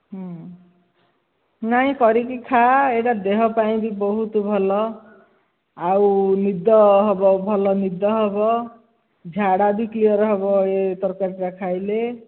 ନାଇଁ କରିକି ଖା ଏଇଟା ଦେହ ପାଇଁ ବି ବହୁତ ଭଲ ଆଉ ନିଦ ହେବ ଭଲ ନିଦ ହେବ ଝାଡ଼ା ବି କ୍ଲିୟର୍ ହେବ ଏ ତରକାରୀଟା ଖାଇଲେ